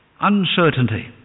uncertainty